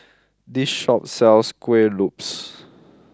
this shop sells Kueh Lopes